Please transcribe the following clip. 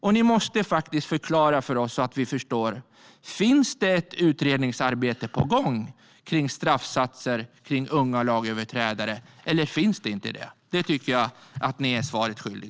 Man måste faktiskt förklara för oss, så att vi förstår: Finns det ett utredningsarbete på gång kring straffsatser för unga lagöverträdare, eller finns det inte det? Där tycker jag att man är svaret skyldig.